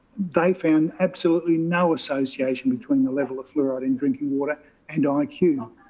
they found absolutely no association between the level of fluoride in drinking water and um like you know